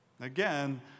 Again